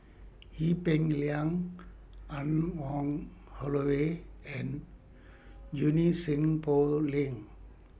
Ee Peng Liang Anne Wong Holloway and Junie Sng Poh Leng